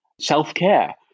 self-care